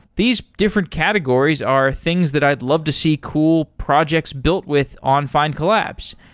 these different categories are things that i'd love to see cool projects built with on findcollabs.